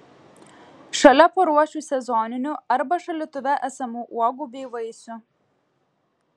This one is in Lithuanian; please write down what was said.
šalia paruošiu sezoninių arba šaldytuve esamų uogų bei vaisių